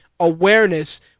awareness